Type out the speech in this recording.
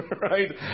Right